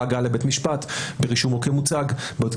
פרטי התחיקה מוצעים על ידי שר המשפטים ומשרד המשפטים